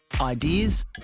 ideas